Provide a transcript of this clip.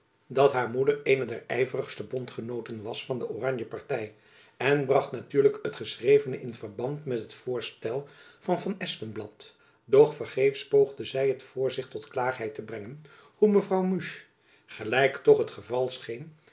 dat haar moeder eene der yverigste bondgenooten was van de oranje party en bracht natuurlijk het geschrevene in verband met het voorstel van van espenblad doch vergeefs poogde zy het voor zich tot klaarheid te brengen hoe mevrouw musch gelijk toch het geval scheen